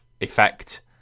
effect